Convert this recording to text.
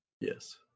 yes